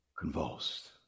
convulsed